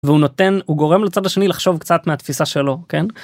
הוא נותן הוא גורם לצד השני לחשוב קצת מהתפיסה שלו כן.